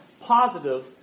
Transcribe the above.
positive